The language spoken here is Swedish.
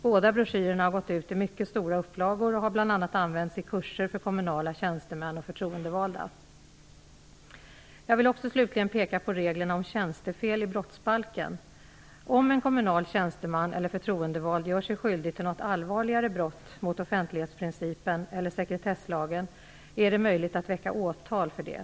Båda broschyrerna har gått ut i mycket stora upplagor och har bl.a. använts i kurser för kommunala tjänstemän och förtroendevalda. Jag vill också slutligen peka på reglerna om tjänstefel i brottsbalken. Om en kommunal tjänsteman eller förtroendevald gör sig skyldig till något allvarligare brott mot offentlighetsprincipen eller sekretesslagen, är det möjligt att väcka åtal för detta.